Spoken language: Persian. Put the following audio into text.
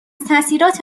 تاثیرات